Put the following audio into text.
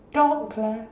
talk lah